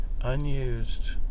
Unused